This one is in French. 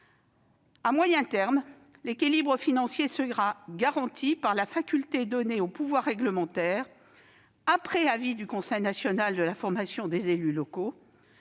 À moyen terme, l'équilibre financier sera garanti par la faculté donnée au pouvoir réglementaire, après avis du Conseil national de la formation des élus locaux,